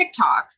TikToks